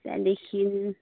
त्यहाँदेखिन्